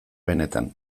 benetan